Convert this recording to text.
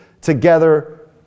together